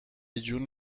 جون